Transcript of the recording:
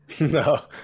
No